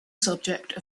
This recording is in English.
subject